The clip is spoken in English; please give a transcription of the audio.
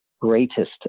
greatest